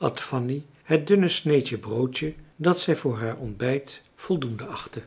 at fanny het dunne sneedje broodje dat zij voor haar ontbijt voldoende achtte